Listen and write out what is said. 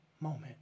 moment